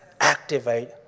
activate